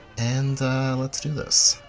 and let's do this.